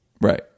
right